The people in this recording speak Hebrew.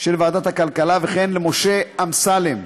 של ועדת הכלכלה, וכן למשה אמסלם,